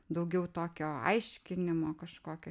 daugiau tokio aiškinimo kažkokio